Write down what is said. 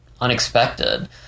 unexpected